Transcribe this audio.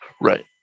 Right